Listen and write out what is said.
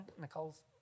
Nicole's